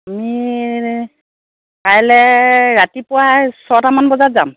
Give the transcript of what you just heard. আমি কাইলৈ ৰাতিপুৱাই ছয়টামান বজাত যাম